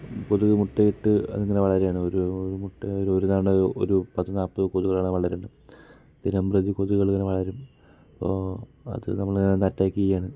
കൊതുക് മുട്ടയിട്ട് അതിങ്ങനെ വളരുകയാണ് ഒരു മുട്ട ഒരു തവണ ഒരു പത്ത് നാൽപ്പത് കൊതുകുകളാണ് വളരുന്നത് ദിനംപ്രതി കൊതുകുകൾ ഇങ്ങനെ വളരും അപ്പോൾ അത് നമ്മളെ വന്ന് അറ്റാക്ക് ചെയ്യുകയാണ്